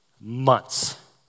months